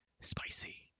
spicy